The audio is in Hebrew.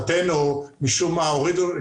שלהערכתנו משום מה הורידו,